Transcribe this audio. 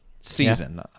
season